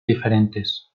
diferentes